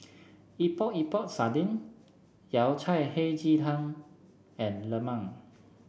Epok Epok Sardin Yao Cai Hei Ji Tang and Lemang